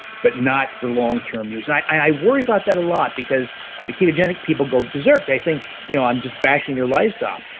but not for long-term use. and i worry about that a lot, because the ketogenic people go bizerk, they think you know i'm just bashing their lifestyle.